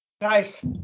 Nice